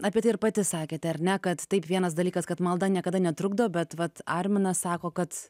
apie tai ir pati sakėte ar ne kad taip vienas dalykas kad malda niekada netrukdo bet vat arminas sako kad